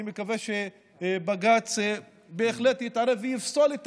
אני מקווה שבג"ץ בהחלט יתערב ויפסול את